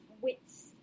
wits